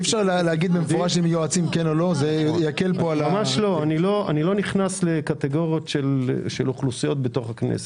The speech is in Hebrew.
אני לא נכנס לקטגוריות של אוכלוסיות בתוך הכנסת.